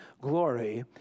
glory